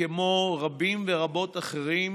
כמו רבים ורבות אחרים,